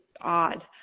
odd